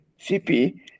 CP